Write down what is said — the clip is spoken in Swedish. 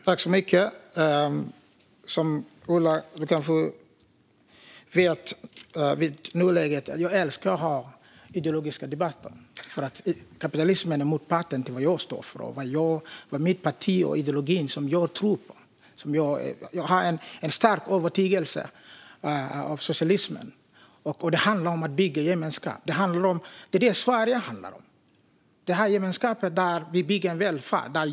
Herr talman! Som Ola vid det här laget kanske vet älskar jag att ha ideologiska debatter. Kapitalismen är motsatsen till vad jag och mitt parti står för och den ideologi jag tror på. Jag har en stark övertygelse om socialismen. Det handlar om att bygga en gemenskap. Det är det här Sverige handlar om, om en gemenskap där vi bygger en välfärd.